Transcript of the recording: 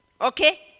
Okay